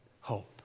hope